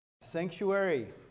Sanctuary